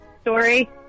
story